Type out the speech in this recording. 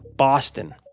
Boston